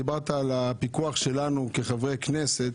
דיברת על הפיקוח שלנו כחברי כנסת.